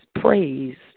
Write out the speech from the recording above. praise